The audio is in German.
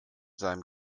seinem